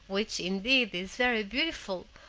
which, indeed, is very beautiful,